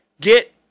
get